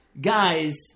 guys